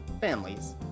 families